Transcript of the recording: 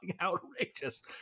outrageous